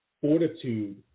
fortitude